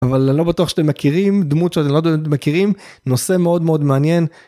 אבל אני לא בטוח שאתם מכירים דמות שאתם לא מכירים נושא מאוד מאוד מעניין.